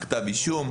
כתב אישום,